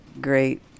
great